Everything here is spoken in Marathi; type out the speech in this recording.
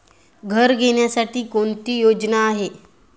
घर घेण्यासाठी कोणती योजना आहे?